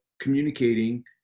communicating